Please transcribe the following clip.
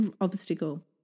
obstacle